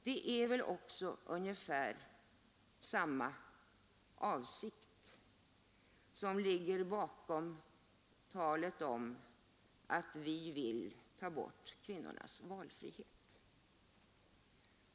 Det är väl också ungefär samma avsikt som ligger bakom talet om att vi vill avskaffa kvinnornas valfrihet.